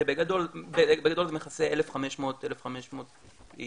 בגדול זה מכסה 1,500 איש